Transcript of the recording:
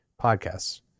podcasts